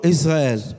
Israel